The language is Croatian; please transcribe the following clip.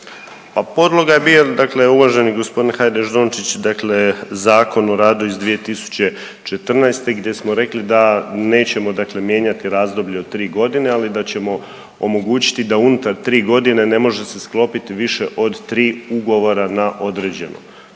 Pa podloga je bio, dakle uvaženi gospodine Hajdaš Dončić, dakle Zakon o radu iz 2014. gdje smo rekli da nećemo dakle mijenjati razdoblje od 3 godine, ali da ćemo omogućiti da unutar 3 godine ne može se sklopiti više od 3 ugovora na određeno.